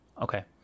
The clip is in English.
Okay